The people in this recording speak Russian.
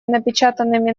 напечатанными